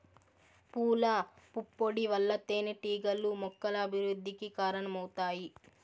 పూల పుప్పొడి వల్ల తేనెటీగలు మొక్కల అభివృద్ధికి కారణమవుతాయి